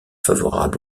favorables